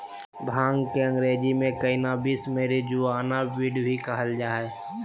भांग के अंग्रेज़ी में कैनाबीस, मैरिजुआना, वीड भी कहल जा हइ